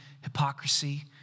hypocrisy